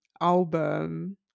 album